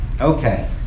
okay